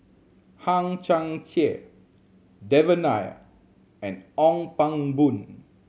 Hang Chang Chieh Devan Nair and Ong Pang Boon